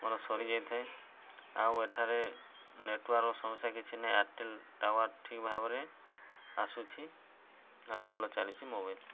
ମୋର ସରିଯାଇଥାଏ ଆଉ ଏଠାରେ ନେଟ୍ୱାର୍କ ସମସ୍ୟା କିଛି ନାହିଁ ଏୟାରଟେଲ୍ ଟାୱାର୍ ଠିକ୍ ଭାବରେ ଆସୁଛି ଆଉ ଭଲ ଚାଲିଛି ମୋବାଇଲ